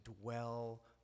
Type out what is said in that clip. dwell